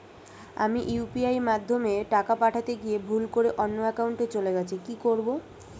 আমি ইউ.পি.আই মাধ্যমে টাকা পাঠাতে গিয়ে ভুল করে অন্য একাউন্টে চলে গেছে কি করব?